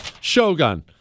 Shogun